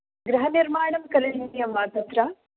गृहनिर्माणं करणीयं वा तत्र